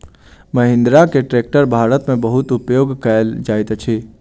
महिंद्रा के ट्रेक्टर भारत में बहुत उपयोग कयल जाइत अछि